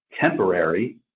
temporary